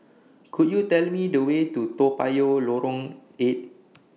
Could YOU Tell Me The Way to Toa Payoh Lorong eight